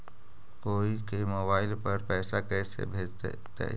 कोई के मोबाईल पर पैसा कैसे भेजइतै?